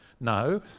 No